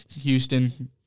Houston